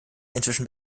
inzwischen